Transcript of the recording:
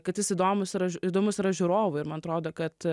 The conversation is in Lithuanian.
kad jis įdomus yra įdomus yra žiūrovui ir man atrodo kad